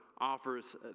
offers